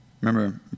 Remember